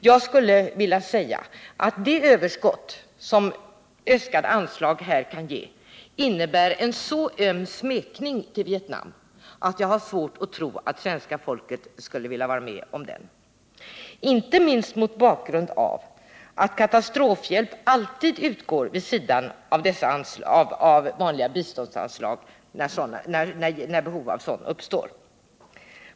Jag skulle vilja säga att det överskott som äskade anslag här kan ge innebär en så öm smekning till Vietnam, att jag har svårt att tro att svenska folket skulle vilja vara med om den —- inte minst mot bakgrund av att katastrofhjälp alltid utgår vid sidan av vanliga biståndsanslag när behov av sådana uppstår.